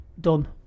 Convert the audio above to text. done